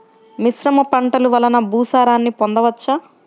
మిశ్రమ పంటలు వలన భూసారాన్ని పొందవచ్చా?